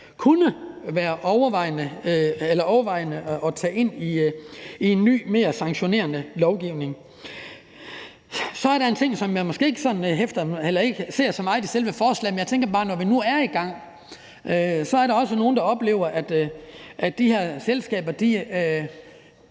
kunne overveje at tage ind i en ny og mere sanktionerende lovgivning. Så er der en ting, som jeg måske ikke ser så meget i selve forslaget, men jeg tænker bare, at når vi nu er i gang, så er der også nogle, der oplever, at de her selskaber